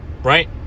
right